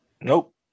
nope